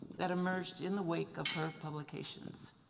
that emerged in the wake of her publications.